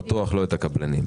ובטוח שלא את הקבלנים.